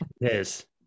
yes